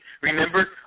Remember